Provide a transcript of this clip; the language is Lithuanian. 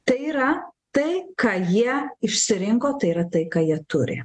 tai yra tai ką jie išsirinko tai yra tai ką jie turi